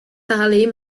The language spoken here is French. parlez